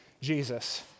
Jesus